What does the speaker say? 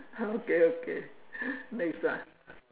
okay okay next one